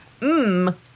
Mmm